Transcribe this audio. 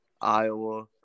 Iowa